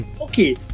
Okay